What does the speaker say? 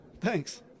thanks